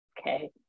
okay